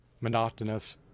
monotonous